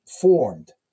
formed